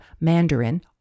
Mandarin